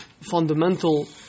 fundamental